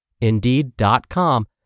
Indeed.com